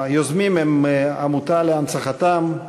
היוזמים הם העמותה להנצחתם,